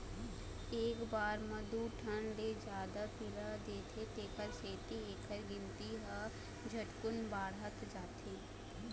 एक बार म दू ठन ले जादा पिला देथे तेखर सेती एखर गिनती ह झटकुन बाढ़त जाथे